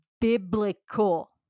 biblical